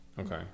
Okay